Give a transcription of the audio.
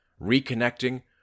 Reconnecting